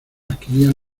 adquirían